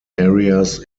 areas